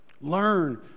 Learn